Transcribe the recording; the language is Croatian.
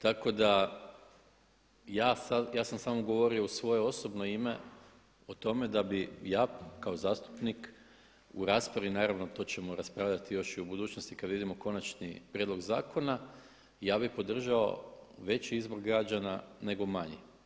Tako da ja sam samo govorio u svoje osobno ime o tome da bi ja kao zastupnik u raspravi, naravno to ćemo raspravljati još i u budućnosti kad vidimo konačni prijedlog zakona, ja bi podržao veći izbor građana nego manji.